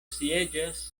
sieĝas